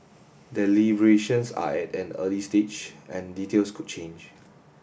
deliberations are at an early stage and details could change